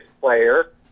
player